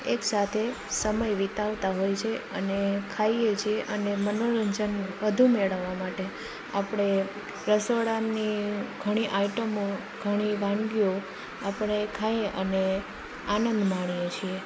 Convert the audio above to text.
એકસાથે સમય વીતાવતા હોય છે અને ખાઈએ છીએ અને મનોરંજન વધુ મેળવવા માટે આપણે રસોડાની ઘણી આઈટમો ઘણી વાનગીઓ આપણે ખાઈએ અને આનંદ માણીએ છીએ